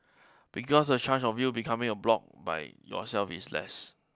because the chance of you becoming a bloc by yourself is less